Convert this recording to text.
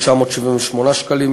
978 שקלים,